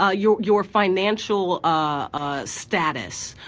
ah your your financial ah status,